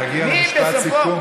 תגיע למשפט סיכום,